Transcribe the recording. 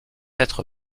être